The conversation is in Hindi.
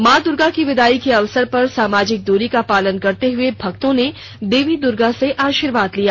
मां दुर्गा की विदाई के अवसर पर सामाजिक दूरी का पालन करते हुए भक्तों ने देवी दुर्गा से आशीर्वाद लिया